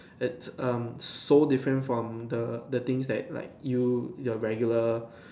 it's um so different from the the things like you the regular